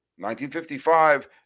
1955